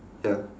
ya